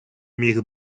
міг